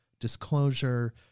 disclosure